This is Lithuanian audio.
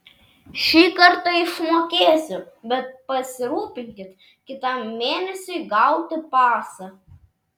šį kartą išmokėsiu bet pasirūpinkit kitam mėnesiui gauti pasą